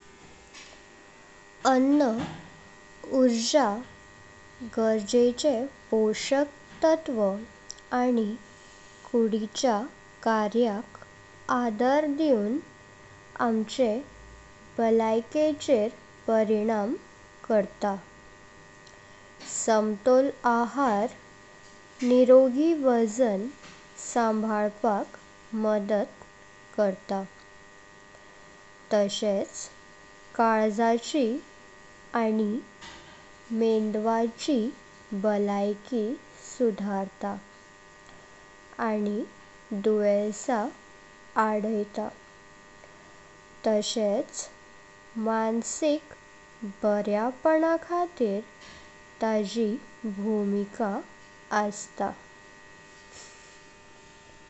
अन्न ऊर्जा, गरजेचे पोषक तत्व आणि कुदिचा कार्याक आदर दिवन आमचे बलयाकेर परिणाम करतात। संतोल आहार, निरोगी वजन सांभाळपाक मदत करता तसच काळजाची आणि मेंदवाची बलयकी सुधारता आणि दुस्यां आडैत। तसच मानसिक बर्यापण खातीर ताजी भूमिका असता।